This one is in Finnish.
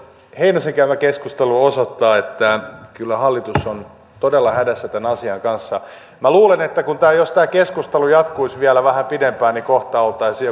heinosen käymä keskustelu osoittaa että hallitus on todella hädässä tämän asian kanssa luulen että jos tämä keskustelu jatkuisi vielä vähän pidempään kohta oltaisiin